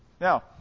Now